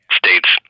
states